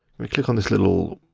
we click on this little